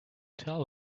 tell